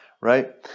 right